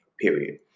Period